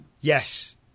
Yes